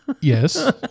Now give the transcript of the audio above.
Yes